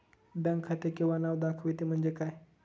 Bank खाते किंवा नाव दाखवते म्हणजे काय?